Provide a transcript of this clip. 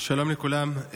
שלום לכולם.